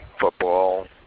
football